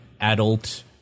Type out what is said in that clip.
adult